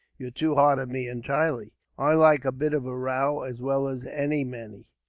you're too hard on me, entirely. i like a bit of a row as well as any many,